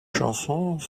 chansons